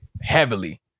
heavily